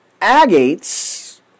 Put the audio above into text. agates